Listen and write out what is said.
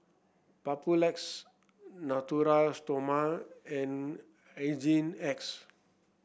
Papulex Natura Stoma and Hygin X